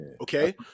Okay